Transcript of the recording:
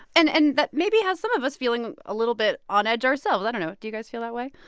and and that maybe has some of us feeling a little bit on edge ourselves. i don't know. do you guys feel that way?